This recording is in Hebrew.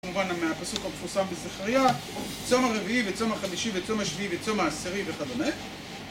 כמובן מהפסוק המפורסם בזכריה, צום הרביעי, וצום החמישי, וצום השביעי, וצום העשירי, וכדומה.